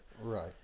Right